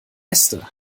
äste